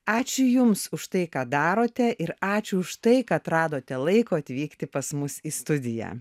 ačiū jums už tai ką darote ir ačiū už tai kad radote laiko atvykti pas mus į studiją